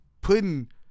putting